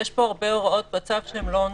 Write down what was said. יש פה הרבה הוראות בצו שהן לא עונשיות,